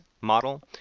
model